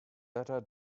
latter